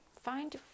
find